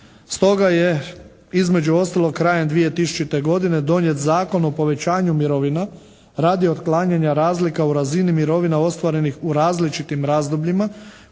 Stoga je između ostalog krajem 2000. godine donijet Zakon o povećanju mirovina radi otklanjanja razlika u razini mirovina ostvarenih u različitim razdobljima